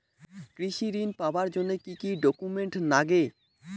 কৃষি ঋণ পাবার জন্যে কি কি ডকুমেন্ট নাগে?